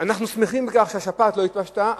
אנחנו שמחים שהשפעת לא התפשטה,